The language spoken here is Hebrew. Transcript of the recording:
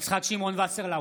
יצחק שמעון וסרלאוף,